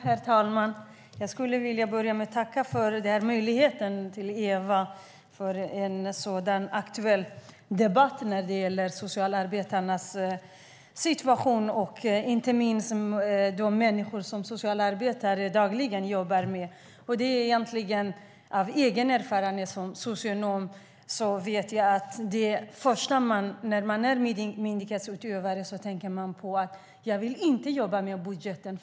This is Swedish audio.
Herr talman! Jag vill tacka Eva Olofsson för möjligheten till denna så aktuella debatt om socialarbetarnas situation och inte minst om de människor som socialarbetarna dagligen jobbar med. Av egen erfarenhet som socionom vet jag att man, när man är myndighetsutövare, inte vill jobba med budgeten.